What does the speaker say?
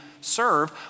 serve